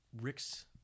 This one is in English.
Rick's